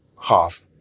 half